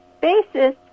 basis